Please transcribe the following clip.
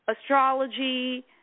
astrology